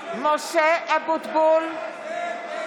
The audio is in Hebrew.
(קוראת בשמות חברי הכנסת) משה אבוטבול, נגד